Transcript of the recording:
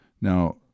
Now